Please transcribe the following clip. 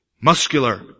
muscular